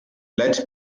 led